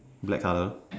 black colour